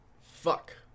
Fuck